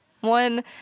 one